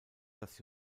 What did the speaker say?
das